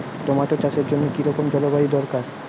Tomato চাষের জন্য কি রকম জলবায়ু দরকার?